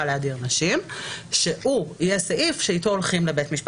להדיר נשים שהוא יהיה סעיף שאתו הולכים לבית משפט.